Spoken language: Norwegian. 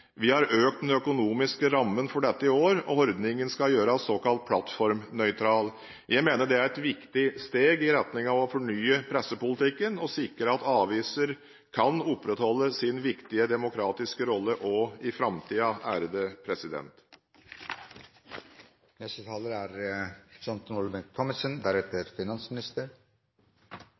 ordningen skal gjøres såkalt plattformnøytral. Jeg mener det er et viktig steg i retning av å fornye pressepolitikken og sikre at aviser kan opprettholde sin viktige demokratiske rolle også i